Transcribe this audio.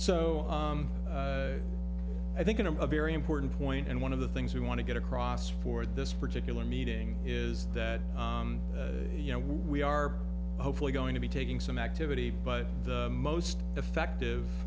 so i think in a very important point and one of the things we want to get across for this particular meeting is that you know we are hopefully going to be taking some activity but the most effective